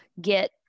get